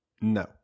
No